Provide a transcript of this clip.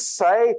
say